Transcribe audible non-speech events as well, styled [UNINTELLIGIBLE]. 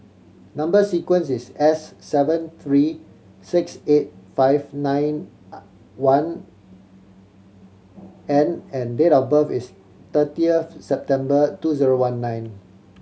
number sequence is S seven three six eight five nine [UNINTELLIGIBLE] one N and date of birth is thirtieth September two zero one nine